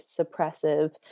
suppressive